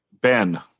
Ben